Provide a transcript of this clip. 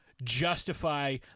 Justify